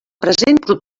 present